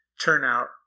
turnout